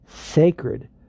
sacred